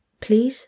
please